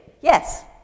Yes